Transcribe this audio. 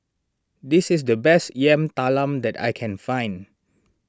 this is the best Yam Talam that I can find